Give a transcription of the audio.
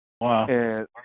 Wow